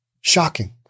Shocking